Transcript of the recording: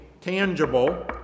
tangible